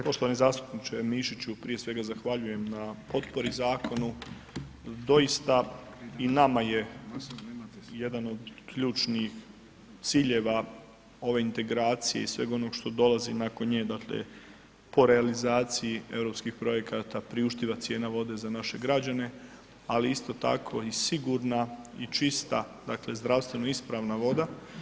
Poštovani zastupniče Mišiću prije svega zahvaljujem na potpori zakonu, doista i nama je jedan od ključnih ciljeva ove integracije i svega onoga što dolazi nakon nje, dakle po realizaciji Europskih projekata priuštiva cijena vode za naše građane, ali isto tako i sigurna i čista, dakle zdravstveno ispravna voda.